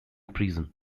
prison